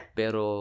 pero